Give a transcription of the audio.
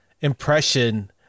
impression